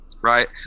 Right